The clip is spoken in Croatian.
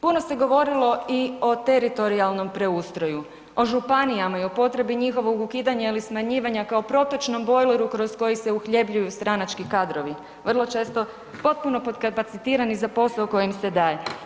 Puno se govorilo i o teritorijalnom preustroju, o županijama i o potrebi njihovog ukidanja ili smanjivanja kao protočnom bojleru kroz koji se uhljebljuju stranački kadrovi, vrlo često potpuno potkapacitirani za posao koji im se daje.